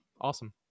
awesome